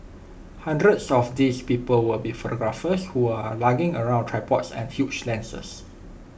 hundreds of these people will be photographers who are lugging around tripods and huge lenses